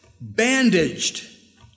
bandaged